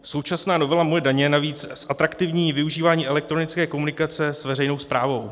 Současná novela Moje daně navíc zatraktivní využívání elektronické komunikace s veřejnou správou.